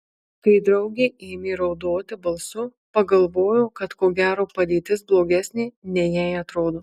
kai draugė ėmė raudoti balsu pagalvojo kad ko gero padėtis blogesnė nei jai atrodo